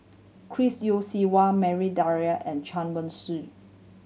Chris Yeo Siew Hua Maria Dyer and Chen Wen Hsi